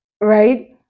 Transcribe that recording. right